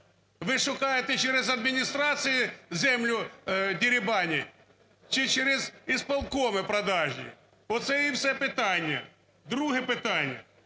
Ви шукаєте через адміністрації землю дерибанити чи через исполкомы продажні? Оце і все питання. Друге питання.